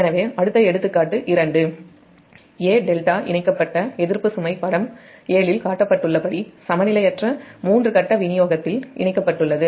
எனவேஅடுத்த எடுத்துக்காட்டு 2A∆ இணைக்கப்பட்ட எதிர்ப்பு சுமை படம் 7 இல் காட்டப்பட்டுள்ளபடி சமநிலையற்ற 3 கட்ட விநியோகத்தில் இணைக்கப்பட்டுள்ளது